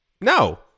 No